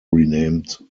renamed